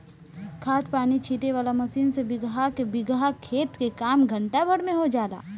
खाद पानी छीटे वाला मशीन से बीगहा के बीगहा खेत के काम घंटा भर में हो जाला